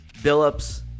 Billups